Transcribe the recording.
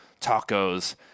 tacos